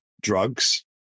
drugs